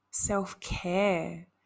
self-care